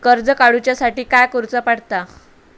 कर्ज काडूच्या साठी काय करुचा पडता?